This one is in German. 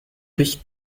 durch